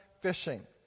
fishing